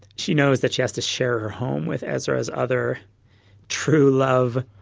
she knows that she has to share her home with ezra as other true love.